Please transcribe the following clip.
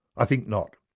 i think not.